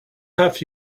have